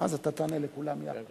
ואז אתה תענה לכולם יחד.